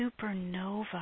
supernova